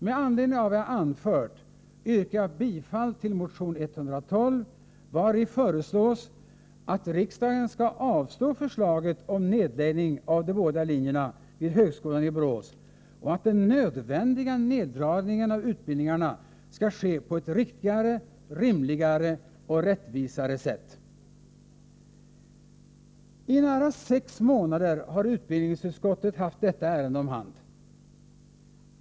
Med anledning av vad jag anfört yrkar jag bifall till motion 112, vari föreslås att riksdagen skall avslå förslaget om nedläggning av de båda linjerna vid högskolan i Borås och att den nödvändiga neddragningen av utbildningarna skall ske på ett riktigare, rimligare och rättvisare sätt. Herr talman! I nära sex månader har utbildningsutskottet haft detta ärende om hand.